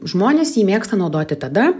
žmonės jį mėgsta naudoti tada